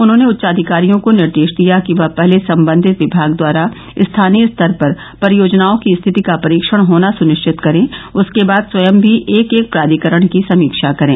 उन्होंने उच्चाधिकारियों को निर्देश दिया कि वह पहले संबंधित विभाग द्वारा स्थानीय स्तर पर परियोजनाओं की स्थिति का परीक्षण होना सुनिश्चित करें उसके बाद स्वयं भी एक एक प्राधिकरण की समीक्षा करें